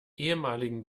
ehemaligen